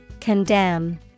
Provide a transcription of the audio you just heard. Condemn